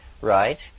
right